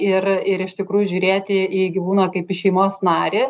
ir ir iš tikrųjų žiūrėti į gyvūną kaip į šeimos narį